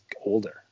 older